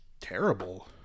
terrible